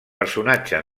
personatge